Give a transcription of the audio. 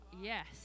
Yes